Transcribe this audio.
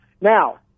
Now